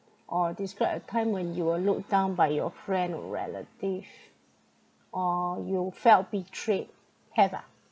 or describe a time when you were looked down by your friend or relative or you felt betrayed have ah